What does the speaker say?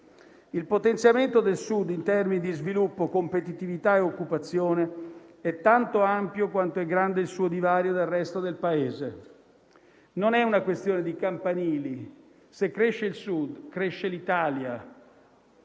Il potenziale del Sud in termini di sviluppo, competitività e occupazione è tanto ampio quanto è grande il suo divario dal resto del Paese. Non è una questione di campanili: se cresce il Sud, cresce l'Italia.